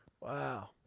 Wow